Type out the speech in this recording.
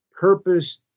purpose